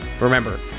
Remember